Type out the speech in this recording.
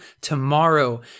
tomorrow